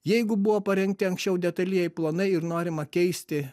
jeigu buvo parengti anksčiau detalieji planai ir norima keisti